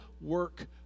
work